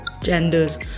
genders